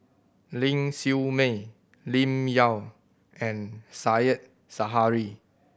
Ling Siew May Lim Yau and Said Zahari